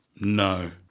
No